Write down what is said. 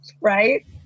Right